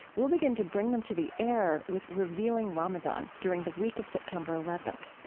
we'll begin to bring them to the air with revealing ramadan, during the week of september eleventh.